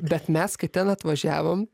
bet mes kai ten atvažiavom